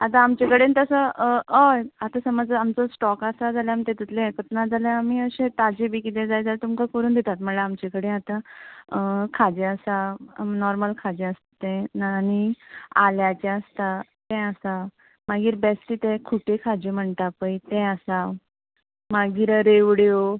आतां आमचें कडेन तसो हय आतां समज आमचो स्टोक आसा जाल्यार आमी तेतूंतलें हें करतात नाजाल्यार आमी अशें ताजें बीन कितेंय जाय जाल्यार तुमकां करून दितात म्हणल्यार आमचे कडेन आतां खाजें आसा नोर्मल खाजें आसा तें आनी आल्याचें आसता तें आसा मागीर बेश्टें तें खुटें खांजे तें म्हणटा पळय तें आसा मागीर रेवड्यो